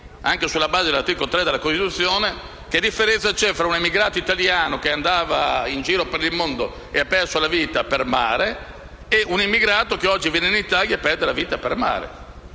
anche sulla base dell'articolo 3 della Costituzione, che differenza esiste tra un emigrato italiano che andava in giro per il mondo e ha perso la vita per mare e un immigrato che viene in Italia e perde la vita per mare.